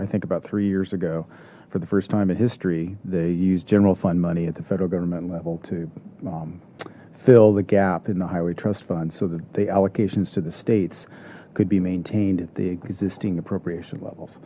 i think about three years ago for the first time in history they use general fund money at the federal government level to fill the gap in the highway trust fund so that the allocations to the states could be maintained at the existing appropriation levels